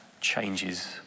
changes